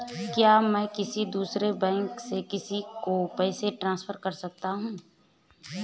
क्या मैं किसी दूसरे बैंक से किसी को पैसे ट्रांसफर कर सकता हूं?